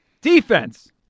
Defense